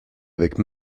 avec